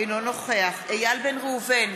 אינו נוכח איל בן ראובן,